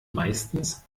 meistens